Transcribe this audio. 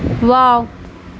wow